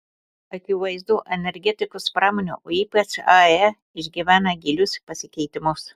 akivaizdu energetikos pramonė o ypač ae išgyvena gilius pasikeitimus